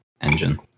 engine